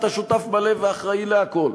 אתה שותף מלא ואחראי לכול.